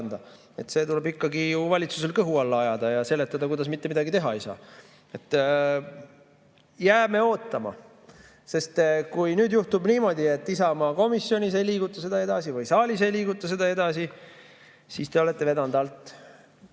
See tuleb ikkagi ju valitsusel kõhu alla ajada ja seletada, kuidas mitte midagi teha ei saa. Jääme ootama, sest kui nüüd juhtub niimoodi, et Isamaa komisjonis ei liiguta seda edasi või saalis ei liiguta seda edasi, siis te ei olete vedanud alt